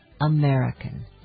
American